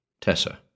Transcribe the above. Tessa—